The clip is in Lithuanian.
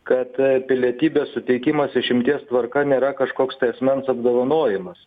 kad pilietybės suteikimas išimties tvarka nėra kažkoks tai asmens apdovanojimas